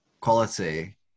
quality